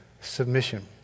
submission